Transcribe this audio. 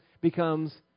becomes